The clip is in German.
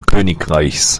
königreichs